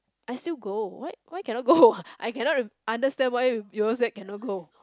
I still go why why cannot go I cannot understand why you all say cannot go